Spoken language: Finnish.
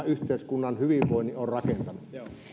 yhteiskunnan hyvinvoinnin on rakentanut